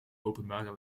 openbare